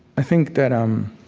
i think that um